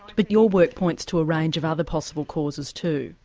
but your work points to a range of other possible causes too?